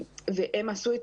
והן עשו את